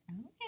Okay